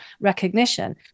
recognition